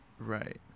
right